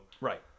Right